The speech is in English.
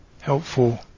helpful